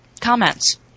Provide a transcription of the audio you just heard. comments